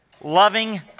loving